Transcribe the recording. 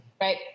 right